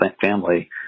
family